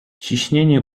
ciśnienie